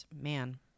man